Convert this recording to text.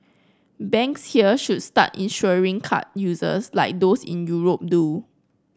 banks here should start insuring card users like those in Europe do